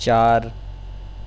چار